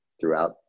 throughout